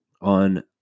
on